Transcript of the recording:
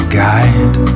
guide